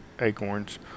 acorns